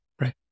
right